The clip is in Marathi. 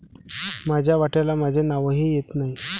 माझ्या वाट्याला माझे नावही येत नाही